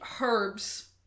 herbs